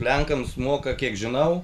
lenkams moka kiek žinau